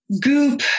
goop